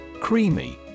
Creamy